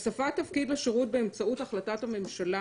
הוספת תפקיד לשירות באמצעות החלטת הממשלה